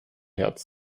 herz